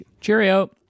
Cheerio